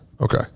Okay